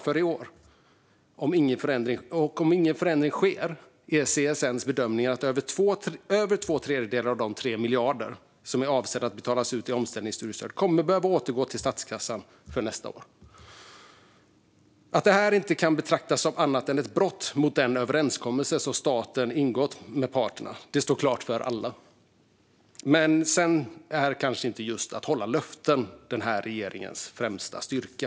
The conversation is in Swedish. Det gäller bara för i år. Och om ingen förändring sker är CSN:s bedömning att över två tredjedelar av de 3 miljarder som är avsedda att betalas ut i omställningsstudiestöd för nästa år kommer att behöva återgå till statskassan. Att det här inte kan betraktas som annat än ett brott mot den överenskommelse som staten ingått med parterna står klart för alla. Men just att hålla löften är kanske inte den här regeringens främsta styrka.